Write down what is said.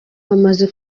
bamaze